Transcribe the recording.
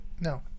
No